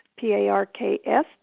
P-A-R-K-S